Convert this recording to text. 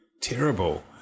terrible